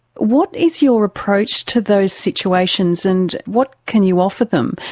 what is your approach to those situations and what can you offer them?